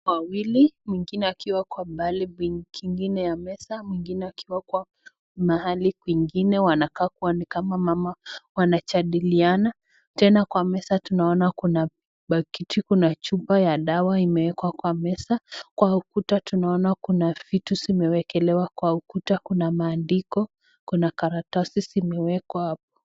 wawili mwingine akiwa kwa bali kingine ya meza, mwingine akiwa kwa mahali kwingine. Wanaka ni kama mama wanajadiliana. Tena kwa meza tunaona kuna kuna chupa ya dawa imewekwa kwa meza. Kwa ukuta tunaona kuna vitu zimewekelewa kwa ukuta. Kuna maandiko, kuna karatasi zimewekwa hapo.